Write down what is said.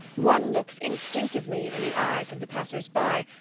one looks instinctively, in the eyes of the passers by,